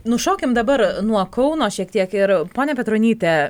nušokim dabar nuo kauno šiek tiek ir pone petronyte